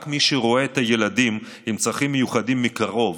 רק מי שרואה את הילדים עם הצרכים המיוחדים מקרוב